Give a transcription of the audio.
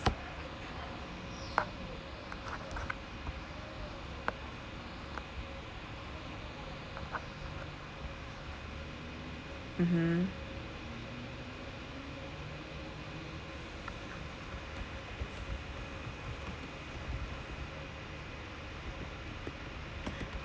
mmhmm